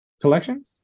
collection